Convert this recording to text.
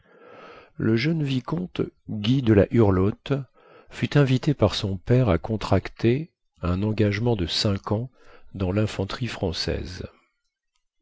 le jeune vicomte guy de la hurlotte fut invité par son père à contracter un engagement de cinq ans dans linfanterie française